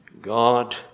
God